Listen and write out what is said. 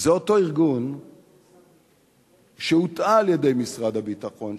זה אותו ארגון שהוטעה על-ידי משרד הביטחון,